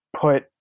put